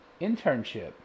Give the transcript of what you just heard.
internship